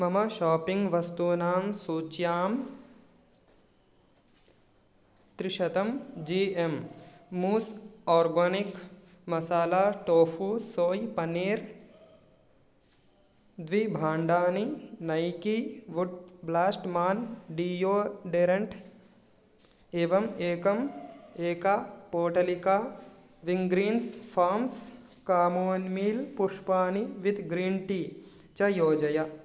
मम शापिङ्ग् वस्तूनां सूच्यां त्रिशतं जी एं मूस् organic masala tofu soy paneer द्वि भाण्डानि Nykaa wood blast man deodorant एवम् एकम् एका पोटलिका विङ्ग्रीन्स् फ़ाम्स् कामोन्मील् पुष्पाणि वित् ग्रीन् टी च योजय